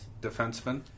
Defenseman